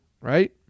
right